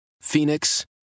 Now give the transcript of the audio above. Phoenix